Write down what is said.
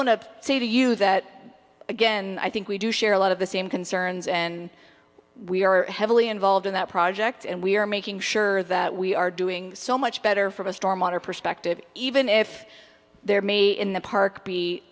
want to say to you that again i think we do share a lot of the same concerns and we are heavily involved in that project and we are making sure that we are doing so much better from a storm water perspective even if there may in the park be